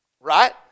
Right